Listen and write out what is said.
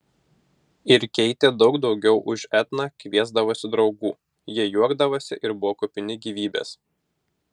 ir keitė daug daugiau už etną kviesdavosi draugų jie juokdavosi ir buvo kupini gyvybės